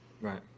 Right